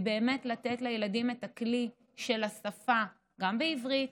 באמת לתת לילדים את הכלי של השפה גם בעברית,